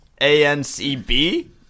a-n-c-b